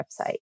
website